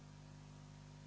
Hvala.